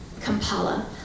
Kampala